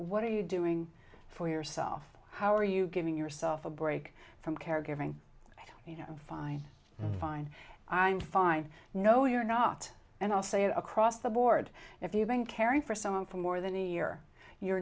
what are you doing for yourself how are you giving yourself a break from caregiving you know fine fine i'm fine no you're not and i'll say it across the board if you've been caring for someone for more than a year you're